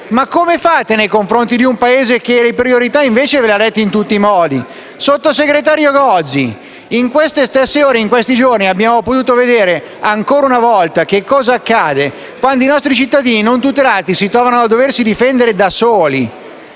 Ma come fate, nei confronti di un Paese che, invece, vi indica in tutti i modi le proprie priorità? Sottosegretario Gozi, in queste stesse ore, in questi giorni, abbiamo potuto vedere ancora una volta che cosa accade quando i nostri cittadini, non tutelati, si trovano a doversi difendere da soli.